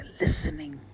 listening